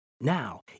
Now